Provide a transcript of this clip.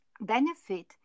benefit